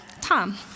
Tom